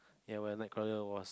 ya when Nightcrawler won